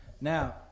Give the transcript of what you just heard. Now –